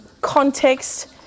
context